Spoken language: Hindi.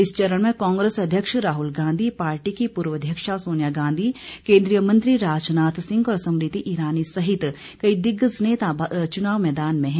इस चरण में कांग्रेस अध्यक्ष राहुल गांधी पार्टी की पूर्व अध्यक्ष सोनिया गांधी केन्द्रीय मंत्री राजनाथ सिंह और स्मृति ईरानी सहित कई दिग्गज नेता चुनाव मैदान में हैं